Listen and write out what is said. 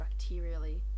bacterially